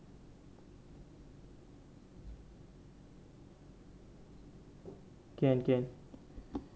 can can